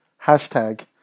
Hashtag